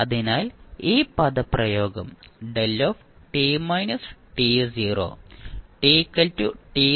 അതിനാൽ ഈ പദപ്രയോഗം t ഒഴികെ 0 ആണ്